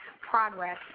progress